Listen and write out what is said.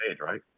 right